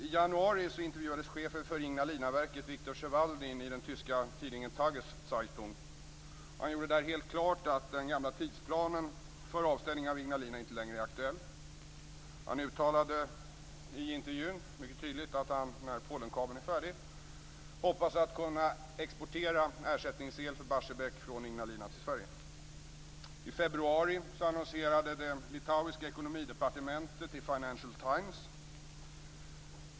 I januari intervjuades chefen för Ignalinaverket, Han gjorde där helt klart att den gamla tisdplanen för avställning av Ignalina inte längre är aktuell. Han uttalade i intervjun mycket tydligt att han när Polenkabeln är färdig hoppas kunna exportera ersättningsel för Barsebäck från Ignalina till Sverige. I februari annonserade det litauiska ekonomidepartementet i Financial Times.